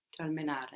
terminare